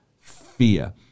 fear